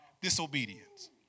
disobedience